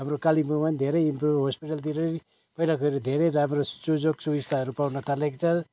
हाम्रो कालिम्पोङमा पनि धेरै इम्प्रुभ हस्पिटलतिर पहिलाको हेरि धेरै राम्रो सुजोक सुविस्ताहरू पाउन थालेको छ